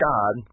God